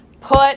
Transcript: Put